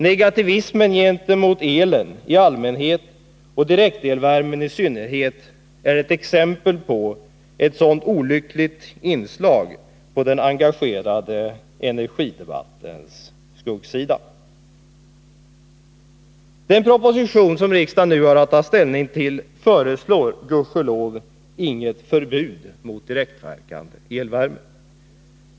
Negativismen gentemot elen i allmänhet och direktelvärmen i synnerhet är exempel på ett sådant olyckligt inslag på den engagerade energidebattens skuggsida. Den proposition som riksdagen nu har att ta ställning till föreslår gudskelov inget förbud mot direktverkande elvärme.